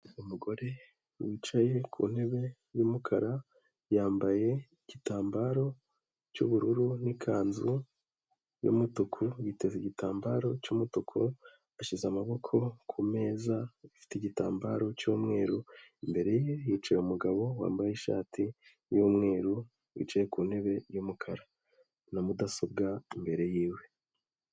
umugore wicaye ku ntebe y'umukara, yambaye igitambaro cyu'bururu n'ikanzu y'umutuku, yiteza igitambaro cy'umutuku, ashyize amaboko ku meza, afite igitambaro cy'umweru, imbere ye hicaye umugabo, wambaye ishati y'umweru, wicaye ku ntebe y'umukara na mudasobwa imbere y'iwe.